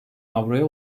avroya